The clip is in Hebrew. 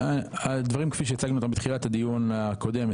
הדברים כפי שהצגנו אותם בתחילת הדיון הקודם,